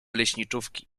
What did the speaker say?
leśniczówki